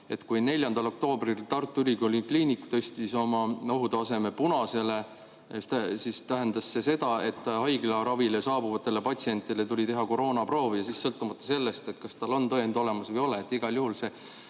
Kui 4. oktoobril Tartu Ülikooli Kliinikum tõstis oma ohutaseme punasele, siis tähendas see seda, et haiglaravile saabuvatele patsientidele tuli teha koroonaproov, sõltumata sellest, kas neil oli tõend olemas või ei.